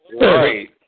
right